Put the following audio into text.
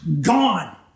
gone